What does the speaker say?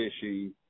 fishing